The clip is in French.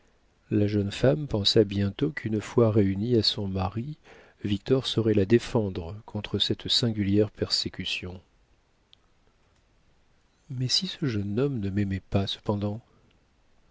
la jeune femme pensa bientôt qu'une fois réunie à son mari victor saurait la défendre contre cette singulière persécution mais si ce jeune homme ne m'aimait pas cependant